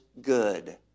good